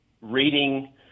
reading